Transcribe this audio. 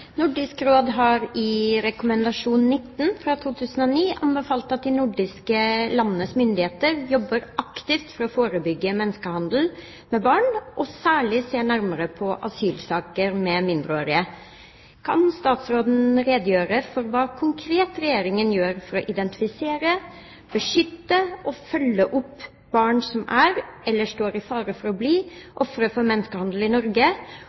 Råd har anbefalt de nordiske landenes myndigheter å jobbe aktivt for å forebygge menneskehandel med barn og særlig se nærmere på asylsaker med mindreårige. Kan statsråden redegjøre for hva konkret Regjeringen gjør for å identifisere, beskytte og følge opp barn som er, eller står i fare for å bli, ofre for menneskehandel i Norge,